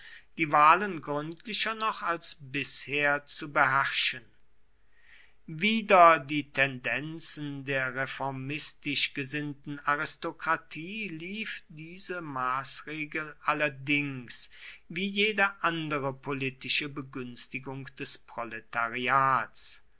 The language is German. die wahlen gründlicher noch als bisher zu beherrschen wider die tendenzen der reformistisch gesinnten aristokratie lief diese maßregel allerdings wie jede andere politische begünstigung des proletariats